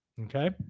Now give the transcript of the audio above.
okay